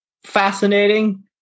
Fascinating